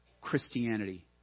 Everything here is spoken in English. Christianity